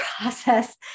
process